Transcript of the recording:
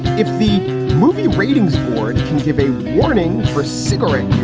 if the movie ratings for it can give a warning for cigarette